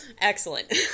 Excellent